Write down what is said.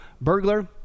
burglar